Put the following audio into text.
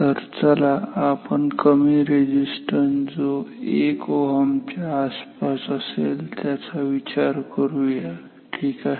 तर चला आपण कमी रेझिस्टन्स जो 1Ω च्या जवळपास असेल त्याचा विचार करुया ठीक आहे